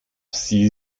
sie